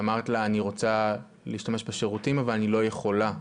ואמרת לה אני רוצה להשתמש בשירותים אבל אני לא יכולה.